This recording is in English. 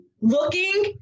looking